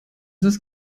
ist